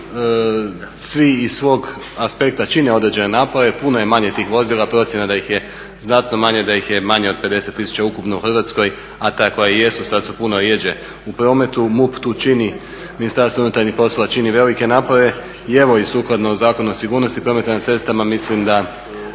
svi iz svog aspekta čine određene napore. Puno je manje tih vozila, procjena je da ih je znatno manje, da ih je manje od 50 tisuća ukupno u Hrvatskoj, a ta koja i jesu sad su puno rjeđe u prometu. MUP tu čini velike napore. I evo sukladno i Zakonu o sigurnosti prometa na cestama mislim da